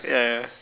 ya